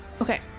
Okay